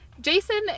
Jason